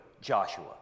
joshua